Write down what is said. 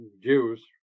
Jews